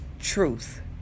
truth